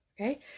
Okay